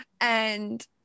and-